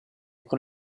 con